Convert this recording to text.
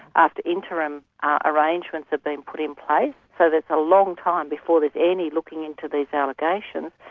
after interim ah arrangements have been put in place, so there's a long time before there's any looking into these allegations,